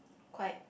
quite